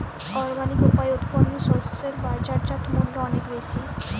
organic উপায়ে উৎপন্ন শস্য এর বাজারজাত মূল্য অনেক বেশি